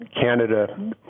Canada